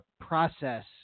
process